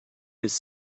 his